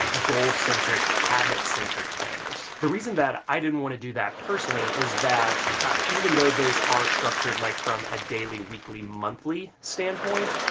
goal centric, habits centric planners. the reason that i didn't want to do that personally is that even though those are structured like from a daily, weekly, monthly standpoint,